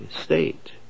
state